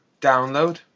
download